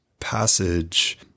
passage